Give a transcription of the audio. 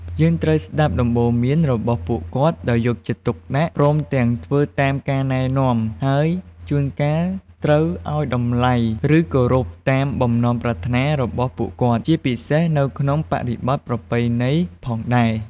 យើងត្រូវស្ដាប់ដំបូន្មានរបស់ពួកគាត់ដោយយកចិត្តទុកដាក់ ព្រមទាំងធ្វើតាមការណែនាំ ហើយជួនកាលត្រូវឲ្យតម្លៃ ឬ គោរពតាមបំណងប្រាថ្នារបស់ពួកគាត់ ជាពិសេសនៅក្នុងបរិបទប្រពៃណីផងដែរ។